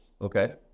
Okay